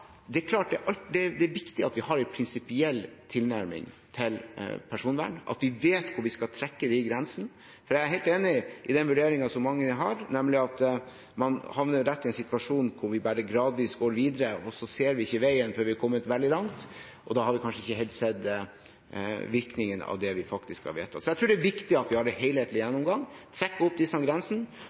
det er klart at det er viktig at vi har en prinsipiell tilnærming til personvern, at vi vet hvor vi skal trekke disse grensene. Jeg er helt enig i den vurderingen som mange har, nemlig at man havner rett ut i en situasjon der vi bare gradvis går videre, og så ser vi ikke veien før vi er kommet veldig langt, og da har vi kanskje ikke helt sett virkningen av det vi faktisk har vedtatt. Jeg tror det er viktig at vi har en helhetlig gjennomgang og trekker opp disse grensene